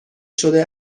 شده